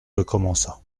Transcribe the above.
recommença